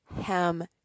hem